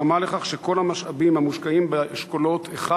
גרמה לכך שכל המשאבים מושקעים באשכולות 1